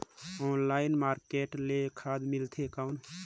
Online market ले खाद मिलथे कौन?